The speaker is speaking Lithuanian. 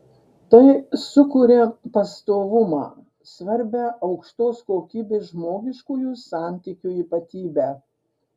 tai sukuria pastovumą svarbią aukštos kokybės žmogiškųjų santykių ypatybę